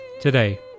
today